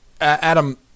Adam